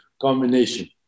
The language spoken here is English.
combination